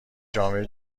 جامعه